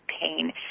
pain